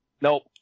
Nope